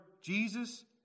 Jesus